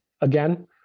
again